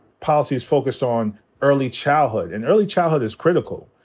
policies focused on early childhood. and early childhood is critical.